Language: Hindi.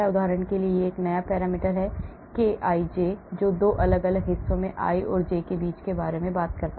उदाहरण के लिए यह नया पैरामीटर kij है जो 2 अलग अलग हिस्सों i और j के बीच बातचीत के बारे में बताता है